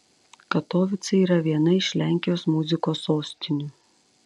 katovicai yra viena iš lenkijos muzikos sostinių